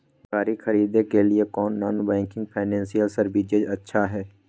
गाड़ी खरीदे के लिए कौन नॉन बैंकिंग फाइनेंशियल सर्विसेज अच्छा है?